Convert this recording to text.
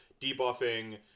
debuffing